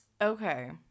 okay